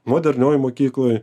modernioj mokykloj